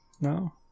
No